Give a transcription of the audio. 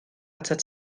atat